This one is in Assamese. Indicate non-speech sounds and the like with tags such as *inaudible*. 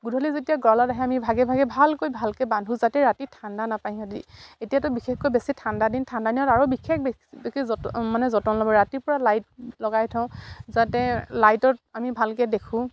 গধূলি যেতিয়া গঁৰাললৈ আহে আমি ভাগে ভাগে ভালকৈ ভালকে বান্ধো যাতে ৰাতি ঠাণ্ডা নাপায় সিহঁতি এতিয়াতো বিশেষকৈ *unintelligible* ঠাণ্ডা দিন ঠাণ্ডা দিনত আৰু বিশেষ বেছি যতন মানে যতন ল'ব ৰাতিপুৱা লাইট লগাই থওঁ যাতে লাইটত আমি ভালকে দেখোঁ